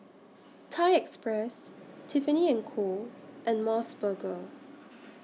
Thai Express Tiffany and Co and Mos Burger